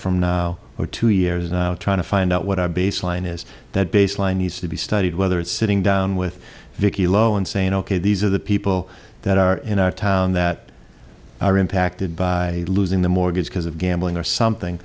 from now or two years trying to find out what our baseline is that baseline needs to be studied whether it's sitting down with vicky lowe and saying ok these are the people that are in our town that are impacted by losing the mortgage because of gambling or something